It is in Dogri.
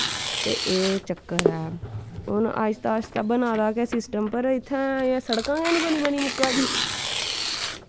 ते एह् चक्कर ऐ हून आस्ता आस्ता बना दा गै सिस्टम पर इत्थैं सड़का गै नी बनी बनी मुक्का दियां